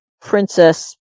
princess